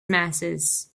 masses